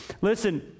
Listen